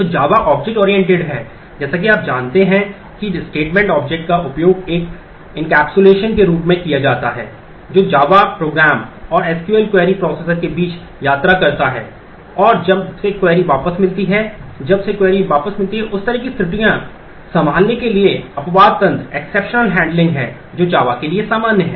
तो Java object oriented है जैसा कि आप जानते हैं कि स्टेटमेंट ऑब्जेक्ट का उपयोग एक एनकैप्सुलेशन के रूप में किया जाता है जो Java प्रोग्राम और एसक्यूएल है जो Java के लिए सामान्य है